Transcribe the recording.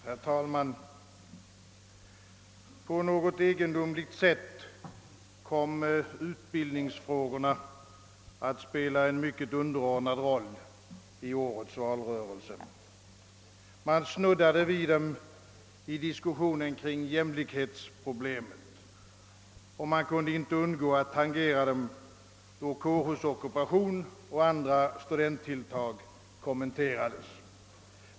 Herr 'talman! På något egendomligt sätt kom utbildningsfrågorna att spela en mycket underordnad roll i årets valrörelse. Man snuddade vid dem i diskussionen kring jämlikhetsproblemet, ty man kunde inte undgå att tangera dem, då kårhusockupation och andra studenttilltag kommenterades.